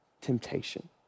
temptation